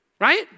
right